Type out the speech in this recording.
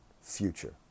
future